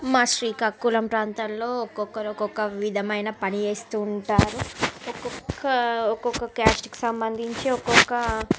మా శ్రీకాకుళం ప్రాంతాల్లో ఒక్కొక్కరు ఒక్కొక్క విధమైన పని చేస్తూ ఉంటారు ఒక్కొక్క ఒక్కొక్క క్యాస్ట్కి సంబంధించి ఒక్కొక్క